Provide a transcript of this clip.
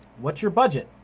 what's your budget?